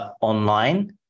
online